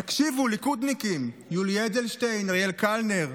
תקשיבו, ליכודניקים, יולי אדלשטיין, אריאל קלנר,